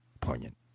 poignant